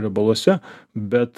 riebaluose bet